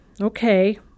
Okay